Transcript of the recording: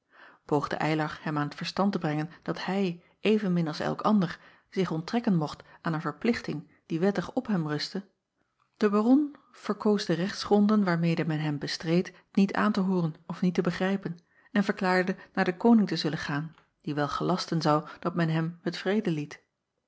oogde ylar hem aan t verstand te brengen dat hij evenmin als elk ander zich onttrekken mocht aan een verplichting die wettig op hem rustte de aron verkoos de rechtsgronden waarmede men hem bestreed niet aan te hooren of niet te begrijpen en verklaarde naar den oning te zullen gaan die wel gelasten zou dat men hem met vrede liet